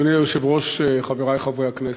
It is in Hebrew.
אדוני היושב-ראש, חברי חברי הכנסת,